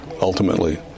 Ultimately